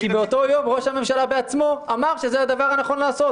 כי באותו היום ראש הממשלה בעצמו אמר שזה הדבר הנכון לעשות.